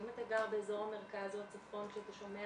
ואם אתה גר באזור המרכז או הצפון כשאתה שומע